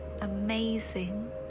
amazing